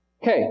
Okay